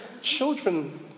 Children